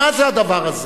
מה זה הדבר הזה.